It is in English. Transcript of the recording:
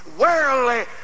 worldly